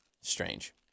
Strange